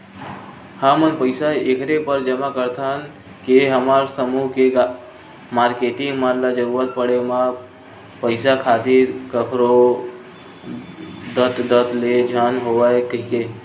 हमन पइसा ऐखरे बर जमा करथन के हमर समूह के मारकेटिंग मन ल जरुरत पड़े म पइसा खातिर कखरो दतदत ले झन होवय कहिके